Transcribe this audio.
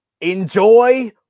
Enjoy